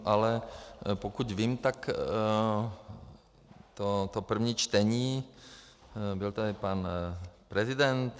Ale pokud vím, tak to první čtení byl tady pan prezident.